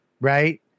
right